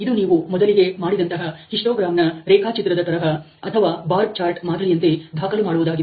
ಇದು ನೀವು ಮೊದಲಿಗೆ ಮಾಡಿದಂತಹ ಹಿಸ್ಟೋಗ್ರಾಮ್ನ ರೇಖಾಚಿತ್ರದ ತರಹ ಅಥವಾ ಬಾರ ಚಾರ್ಟ್ ಮಾದರಿಯಂತೆ ದಾಖಲು ಮಾಡುವದಾಗಿದೆ